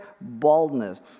baldness